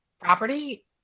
property